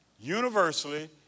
universally